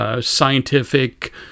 Scientific